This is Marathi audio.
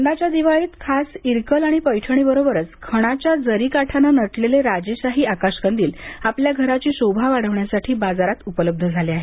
यंदाच्या दिवाळीत खास इरकल आणि पैठणीबरोबरच खणाच्या जरीकाठाने नटलेले राजेशाही आकाशकंदील आपल्या घराची शोभा वाढवण्यासाठी बाजारात उपलब्ध झाले आहेत